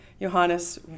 Johannes